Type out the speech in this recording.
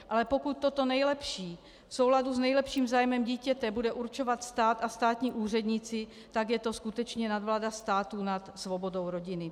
Ale pokud toto nejlepší v souladu s nejlepším zájmem dítěte bude určovat stát a státní úředníci, tak je to skutečně nadvláda státu nad svobodou rodiny.